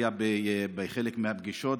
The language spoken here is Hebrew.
היה בחלק מהפגישות,